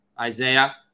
Isaiah